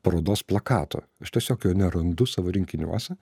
parodos plakato aš tiesiog jo nerandu savo rinkiniuose